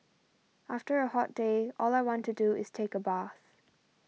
after a hot day all I want to do is take a bath